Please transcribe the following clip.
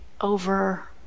over